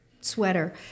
sweater